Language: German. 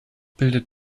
bildet